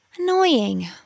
Annoying